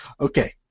Okay